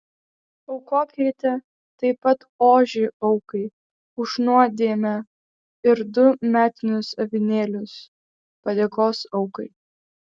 aukokite taip pat ožį aukai už nuodėmę ir du metinius avinėlius padėkos aukai